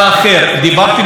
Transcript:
שנמצא פה,